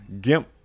gimp